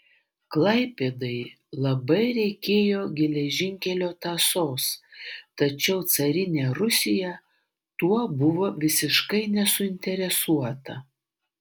klaipėdai labai reikėjo geležinkelio tąsos tačiau carinė rusija tuo buvo visiškai nesuinteresuota